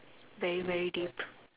very very deep